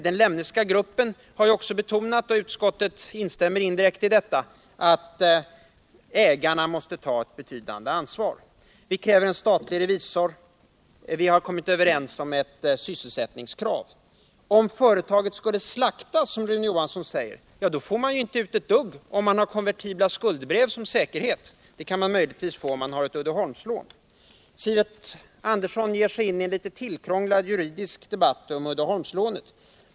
Den Lemneska gruppen har också betonat — och utskottet instämmer indirekt i detta — att ägarna måste ta ett betydande ansvar. Vi kräver en statlig revisor, och vi har kommit överens om ett sysselsättningskrav. Om företaget skulle slaktas, som Rune Johansson säger, får ju staten inte ut ett dugg, ifall man har konvertibla skuldebrev som säkerhet, men det kan staten möjligtvis få med ett Uddeholmslån. Sivert Andersson ger sig in i en tillkrånglad juridisk debatt om Uddeholmslånet.